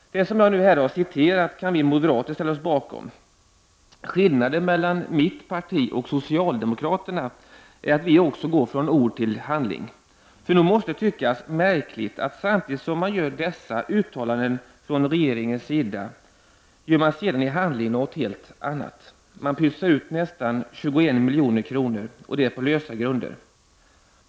Det som jag nu har citerat kan vi moderater ställa oss bakom. Skillnaden mellan mitt parti och socialdemokraterna är att vi också går från ord till handling. Nog måste det tyckas märkligt att regeringen samtidigt som man gör dessa uttalanden i handling gör någonting helt annat: Man pytsar ut nästan 21 milj.kr., och det på lösa grunder.